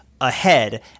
ahead